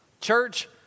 Church